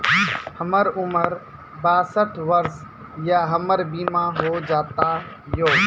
हमर उम्र बासठ वर्ष या हमर बीमा हो जाता यो?